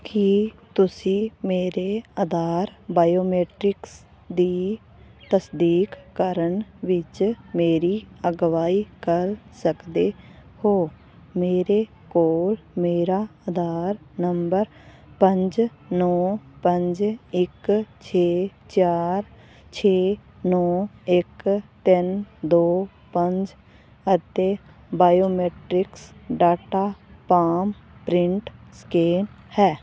ਕੀ ਤੁਸੀਂ ਮੇਰੇ ਆਧਾਰ ਬਾਇਓਮੈਟਰਿਕਸ ਦੀ ਤਸਦੀਕ ਕਰਨ ਵਿੱਚ ਮੇਰੀ ਅਗਵਾਈ ਕਰ ਸਕਦੇ ਹੋ ਮੇਰੇ ਕੋਲ ਮੇਰਾ ਆਧਾਰ ਨੰਬਰ ਪੰਜ ਨੌਂ ਪੰਜ ਇੱਕ ਛੇ ਚਾਰ ਛੇ ਨੌਂ ਇੱਕ ਤਿੰਨ ਦੋ ਪੰਜ ਅਤੇ biometrics data palm print scan ਹੈ